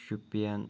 Shopian